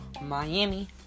Miami